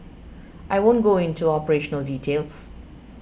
I won't go into operational details